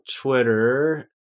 Twitter